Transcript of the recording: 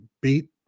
beat